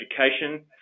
education